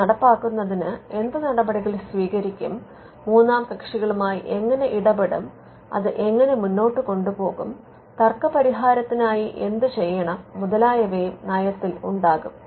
അത് നടപ്പാക്കുന്നതിന് എന്ത് നടപടികൾ സ്വീകരിക്കും മൂന്നാം കക്ഷികളുമായി എങ്ങനെ ഇടപെടും അത് എങ്ങനെ മുന്നോട്ട് കൊണ്ടുപോകും തർക്ക പരിഹാരത്തിനായി എന്ത് ചെയ്യണം മുതലായവയും നയത്തിൽ ഉണ്ടാകും